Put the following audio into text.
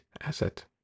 asset